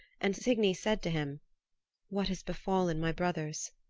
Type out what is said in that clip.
and signy said to him what has befallen my brothers?